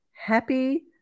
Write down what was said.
happy